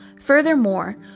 Furthermore